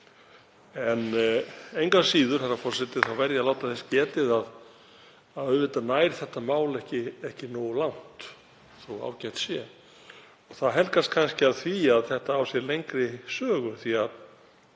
Engu að síður verð ég að láta þess getið að auðvitað nær þetta mál ekki nógu langt þótt ágætt sé. Það helgast kannski af því að það á sér lengri sögu því að